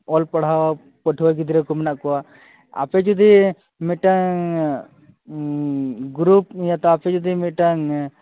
ᱚᱞᱼᱯᱲᱟᱦᱟᱣ ᱯᱟᱹᱴᱷᱣᱟᱹ ᱜᱤᱫᱽᱨᱟᱹᱠᱚ ᱢᱮᱢᱟᱜ ᱠᱚᱣᱟ ᱟᱯᱮ ᱡᱩᱫᱤ ᱢᱤᱫᱴᱟᱝ ᱜᱨᱩᱯ ᱭᱟ ᱟᱯᱮ ᱡᱩᱫᱤ ᱢᱤᱫᱴᱟᱝ